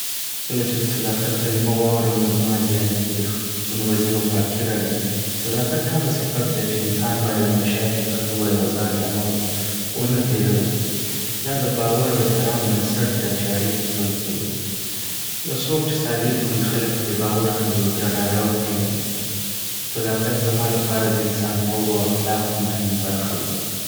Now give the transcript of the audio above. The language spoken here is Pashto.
کله چې د "صداقت" کلمه واورم، نو زما ذهن کې ریښتینولي او پاکي راځي. صداقت هغه صفت دی چې انسان باید همیشه حقیقت ووایي او ځان یا نور ونه تېروي. دا د باور او احترام بنسټ دی چې اړیکې قوي کوي. یو څوک چې صادق وي، خلک پرې باور کوي او درناوی ورته لري. صداقت زما لپاره د انسانتوب او اخلاقو مهمه برخه ده.